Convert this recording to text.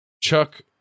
Chuck